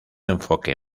enfoque